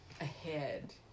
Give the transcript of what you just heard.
ahead